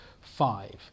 five